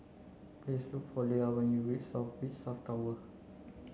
please look for Lia when you reach South Beach South Tower